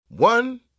One